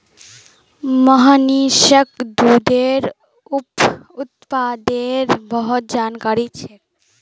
मोहनीशक दूधेर उप उत्पादेर बार जानकारी छेक